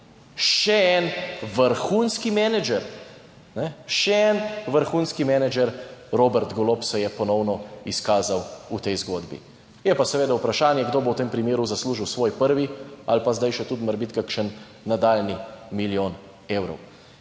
Še en vrhunski menedžer, Robert Golob, se je ponovno izkazal v tej zgodbi. Je pa seveda vprašanje, kdo bo v tem primeru zaslužil svoj prvi ali pa zdaj še tudi morebiti kakšen nadaljnji milijon evrov.